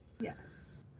Yes